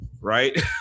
right